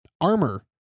armor